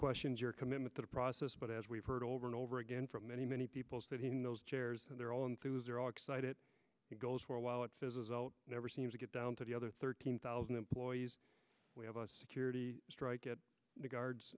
questions your commitment to the process but as we've heard over and over again from many many people is that in those chairs that they're all enthused are all excited it goes for a while it says i'll never seem to get down to the other thirteen thousand employees we have a security strike at the guards